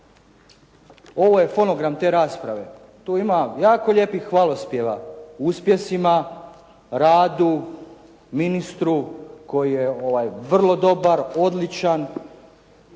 Ovo je fonogram te rasprave. Tu ima jako lijepih hvalospjeva o uspjesima, radu, ministru koji je vrlo dobar, odličan,